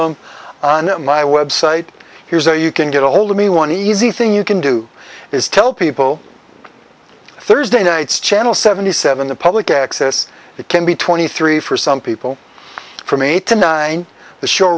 them on my website here's where you can get ahold of me one easy thing you can do is tell people thursday night's channel seventy seven the public access it can be twenty three for some people from eight to nine the show